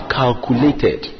calculated